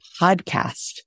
podcast